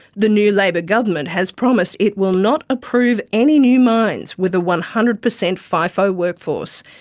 the new labor government has promised it will not approve any new mines with a one hundred percent fifo workforce.